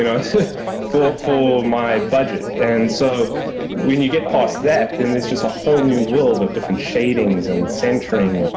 you know? for for my budget. and so when you get past that, then and it's just a whole new world of different shadings, and centering,